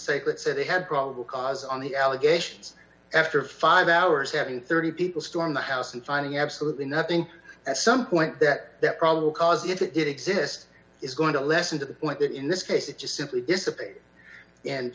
sake let's say they had probable cause on the allegations after five hours having thirty people stormed the house and finding absolutely nothing at some point that that probable cause if it exists is going to lessen to the point that in this case it just simply